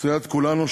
לסיעת כולנו,